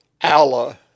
Allah